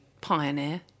pioneer